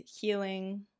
healing